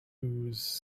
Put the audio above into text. whose